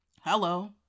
Hello